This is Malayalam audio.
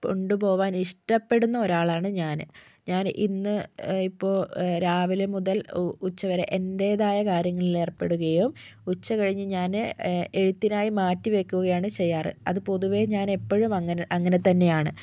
കൊണ്ടു പോകാൻ ഇഷ്ടപ്പെടുന്നൊരാളാണ് ഞാൻ ഞാൻ ഇന്ന് ഇപ്പോൾ രാവിലെ മുതൽ ഉ ഉച്ചവരെ എൻ്റേതായ കാര്യങ്ങളിൽ ഏർപ്പെടുകയും ഉച്ചകഴിഞ്ഞ് ഞാൻ എഴുത്തിനായി മാറ്റി വെയ്ക്കുകയാണ് ചെയ്യാറ് അത് പൊതുവേ ഞാൻ എപ്പോഴും അങ്ങനെ അങ്ങനെത്തന്നെയാണ്